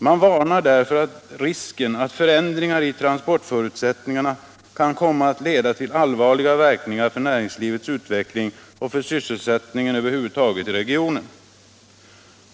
Man anar därför risken att förändringar i transportförutsättningarna kan komma att leda till allvarliga verkningar för näringslivets utveckling och för sysselsättningen över huvud taget i regionen.